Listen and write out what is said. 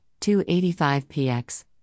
285px